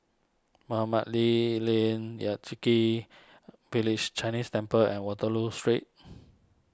Mohamed Ali Lane Yan Kit Village Chinese Temple and Waterloo Street